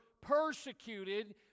persecuted